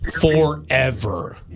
forever